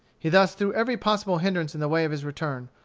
he thus threw every possible hindrance in the way of his return,